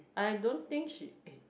I don't think she eh